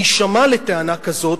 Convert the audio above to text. נשמע לטענה כזאת,